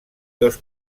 dos